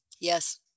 Yes